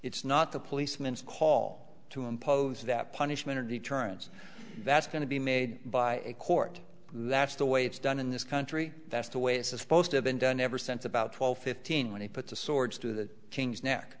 it's not the policeman's call to impose that punishment or deterrence that's going to be made by a court that's the way it's done in this country that's the way it's supposed to have been done ever since about twelve fifteen when he put the swords to the king's neck